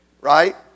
right